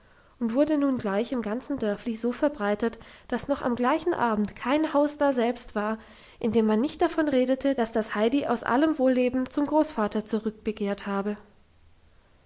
und wurde nun gleich im ganzen dörfli so verbreitet dass noch am gleichen abend kein haus daselbst war in dem man nicht davon redete dass das heidi aus allem wohlleben zum großvater zurückbegehrt habe